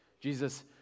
Jesus